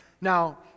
Now